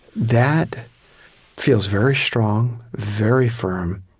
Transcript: that feels very strong, very firm,